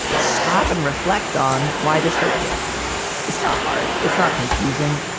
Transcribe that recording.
stop and reflect on why this hurt you. yes. it's not hard. it's not confusing.